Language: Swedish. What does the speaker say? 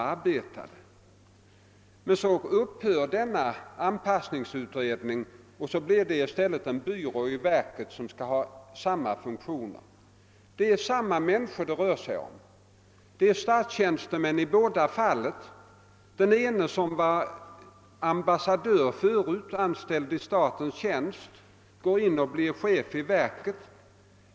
Därefter upphörde denna arbetsgrupp och i stället fick en byrå i verket samma funktioner. Det rör sig om samma människor. I båda fallen gäller det statstjänstemän. Den ene var tidigare ambassadör i statens tjänst och blev sedan chef i invandrarverket.